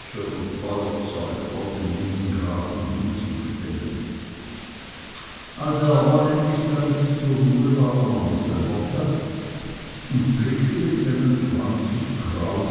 feuerzeug vor den jungen grafen hinzustellen als er aber endlich damit zu ruhe war nahm er selber platz und blickte mit seinen